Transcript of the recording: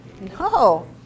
No